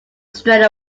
straight